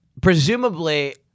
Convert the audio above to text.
presumably